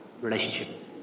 relationship